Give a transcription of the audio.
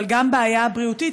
אבל גם בעיה בריאותית,